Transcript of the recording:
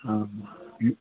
हँ हूँ